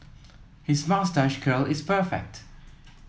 his moustache curl is perfect